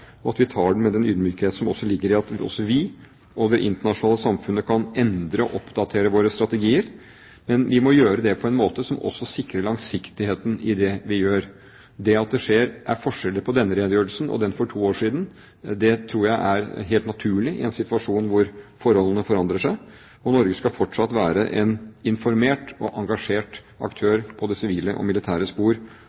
og at vi tar den med den ydmykhet som ligger i at også vi og det internasjonale samfunnet kan endre og oppdatere våre strategier. Men vi må gjøre det på en måte som også sikrer langsiktigheten i det vi gjør. Det at det skjer, er forskjellen på denne redegjørelsen og den for to år siden. Det tror jeg er helt naturlig i en situasjon hvor forholdene forandrer seg. Norge skal fortsatt være en informert og engasjert